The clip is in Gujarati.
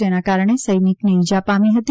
જેના કારણે સૈનિકને ઇજા પામી હતી